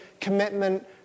commitment